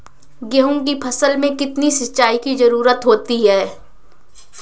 गेहूँ की फसल में कितनी सिंचाई की जरूरत होती है?